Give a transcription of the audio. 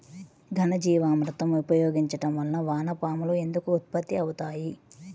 ఘనజీవామృతం ఉపయోగించటం వలన వాన పాములు ఎందుకు ఉత్పత్తి అవుతాయి?